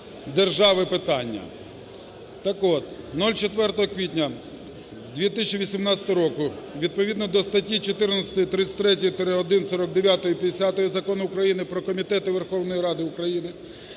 держави питання. Так от 04 квітня 2018 року відповідно до статті 14, 33-1, 49, 50 Закону України "Про комітети Верховної Ради України",